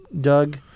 Doug